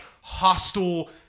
hostile